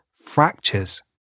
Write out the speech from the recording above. fractures